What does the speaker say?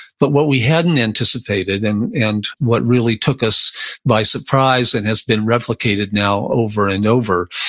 but what we hadn't anticipated, and and what really took us by surprise and has been replicated now over and over,